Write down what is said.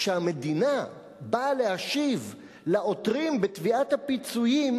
כשהמדינה באה להשיב לעותרים בתביעת הפיצויים,